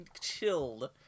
chilled